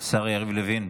השר יריב לוין,